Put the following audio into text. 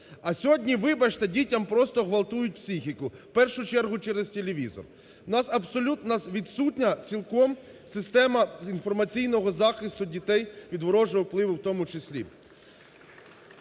А сьогодні, вибачте, дітям просто ґвалтують психіку. В першу чергу, через телевізор. У нас абсолютно відсутня цілком система з інформаційного захисту дітей від ворожого впливу у тому числі.